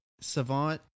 savant